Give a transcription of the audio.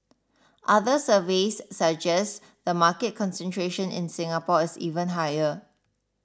other surveys suggest the market concentration in Singapore is even higher